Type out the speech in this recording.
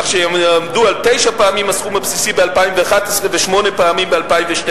כך שהן יהיו תשע פעמים הסכום הבסיסי ב-2011 ושמונה פעמים ב-2012.